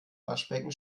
waschbecken